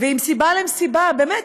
ועם "סיבה למסיבה" באמת,